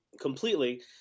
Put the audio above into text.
completely